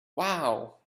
wow